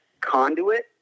conduit